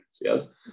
Yes